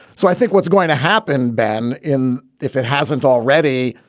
so i think what's going to happen, ben, in. if it hasn't already.